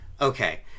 okay